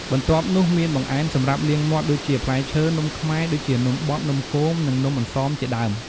បន្ទាប់នោះមានបង្អែមសម្រាប់លាងមាត់ ដូចជាផ្លែឈើ នំខ្មែរ ដូចជានំបត់ នំគម និងនំអន្សមជាដើម។